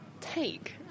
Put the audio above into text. take